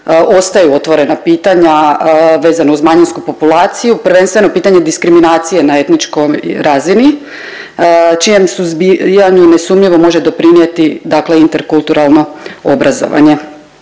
ostaju otvorena pitanja vezano uz manjinsku populaciju prvenstveno pitanje diskriminacije na etničkoj razini čijem suzbijanju nesumnjivo može doprinijeti dakle interkulturalno obrazovanje